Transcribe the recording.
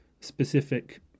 specific